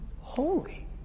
holy